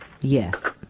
Yes